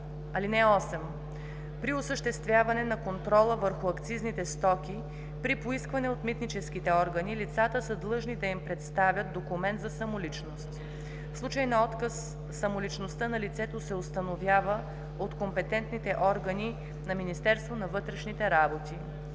8: „(8) При осъществяване на контрола върху акцизните стоки при поискване от митническите органи лицата са длъжни да им представят документ за самоличност. В случай на отказ самоличността на лицето се установява от компетентните органи на Министерството на вътрешните работи.“